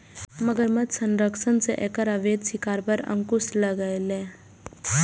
मगरमच्छ संरक्षणक सं एकर अवैध शिकार पर अंकुश लागलैए